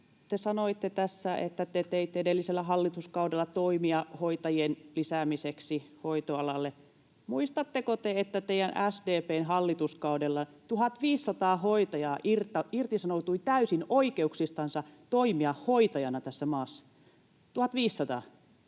te sanoitte tässä, että te teitte edellisellä hallituskaudella toimia hoitajien lisäämiseksi hoitoalalle. Muistatteko te, että teidän, SDP:n, hallituskaudella 1 500 hoitajaa irtisanoutui täysin oikeuksistansa toimia hoitajana tässä maassa? 1 500.